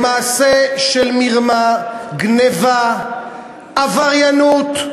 במעשה של מרמה, גנבה, עבריינות,